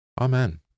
Amen